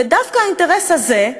ודווקא האינטרס הזה,